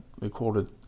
recorded